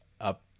up